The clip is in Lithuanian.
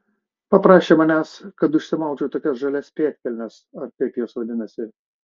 paprašė manęs kad užsimaučiau tokias žalias pėdkelnes ar kaip jos vadinasi